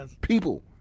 people